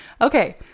Okay